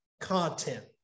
content